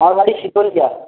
আমার বাড়ি